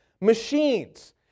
machines